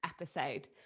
episode